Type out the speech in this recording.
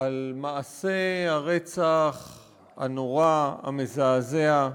על מעשה הרצח הנורא, המזעזע,